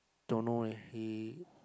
don't know eh he